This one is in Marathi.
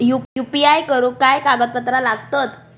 यू.पी.आय करुक काय कागदपत्रा लागतत?